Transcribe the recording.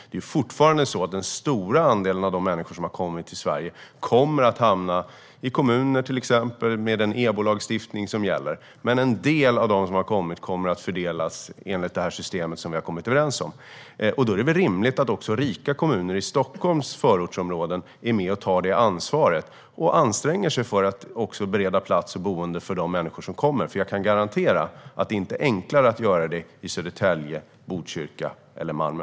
Det är fortfarande så att den stora andelen av de människor som har kommit till Sverige kommer att hamna i kommuner, till exempel med den EBO-lagstiftning som gäller. Men en del av dem som har kommit kommer att fördelas enligt det system som vi har kommit överens om. Då är det väl rimligt att också rika kommuner i Stockholms förortsområden är med och tar det ansvaret och anstränger sig för att bereda plats för boenden för de människor som kommer. Jag kan garantera att det inte är enklare att göra det i Södertälje, Botkyrka eller Malmö.